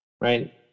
right